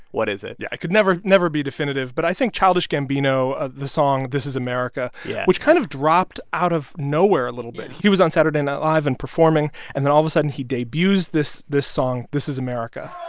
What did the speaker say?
what is it? yeah i could never never be definitive, but i think childish gambino, ah the song this is america. yeah which kind of dropped out of nowhere a little bit. he was on saturday night live and performing. and then all of a sudden, he debuts this this song, this is america.